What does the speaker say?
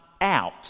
out